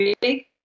big